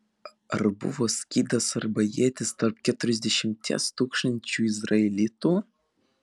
ar buvo skydas arba ietis tarp keturiasdešimties tūkstančių izraelitų